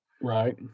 Right